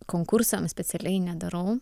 konkursams specialiai nedarau